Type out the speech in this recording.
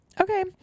Okay